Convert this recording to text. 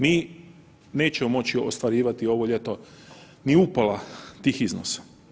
Mi nećemo moći ostvarivati ovo ljeto ni upola tih iznosa.